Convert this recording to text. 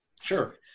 Sure